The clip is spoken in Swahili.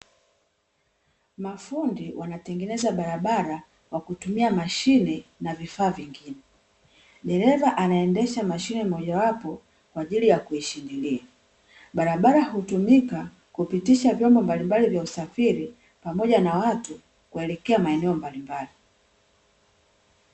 Mafundi wanatengeneza barabara kwa kutumia mashine na vifaa vingine. Dereva anaendesha mashine moja wapo kwa ajili ya kuishindilia. Barabara hutumika kupitisha vyombo mbalimbali vya usafiri pamoja na watu kuelekea maeneo mbalimbali.